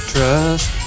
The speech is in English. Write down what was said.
Trust